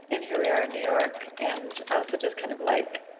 and here we are in new york, and i also just kind of like